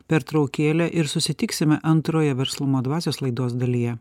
pertraukėlė ir susitiksime antroje verslumo dvasios laidos dalyje